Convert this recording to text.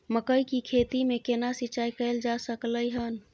मकई की खेती में केना सिंचाई कैल जा सकलय हन?